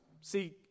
see